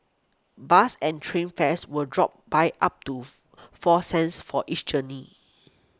bus and train fares will drop by up to four cents for each journey